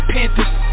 Panthers